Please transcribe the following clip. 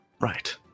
Right